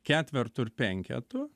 ketvertu ir penketu